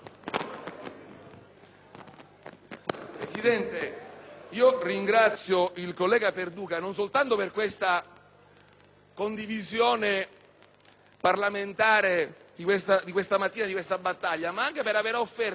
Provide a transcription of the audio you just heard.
Presidente, ringrazio il senatore Perduca non soltanto per la condivisione parlamentare della battaglia di questa mattina, ma anche per aver offerto un ragionamento